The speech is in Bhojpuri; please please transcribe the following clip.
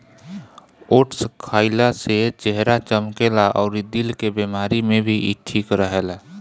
ओट्स खाइला से चेहरा चमकेला अउरी दिल के बेमारी में भी इ ठीक रहेला